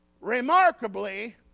remarkably